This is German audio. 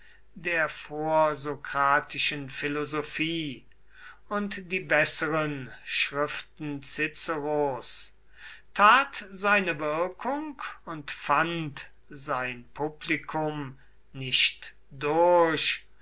der vorsokratischen philosophie und die besseren schriften ciceros tat seine wirkung und fand sein publikum nicht durch